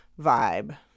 vibe